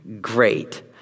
great